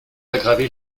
aggravez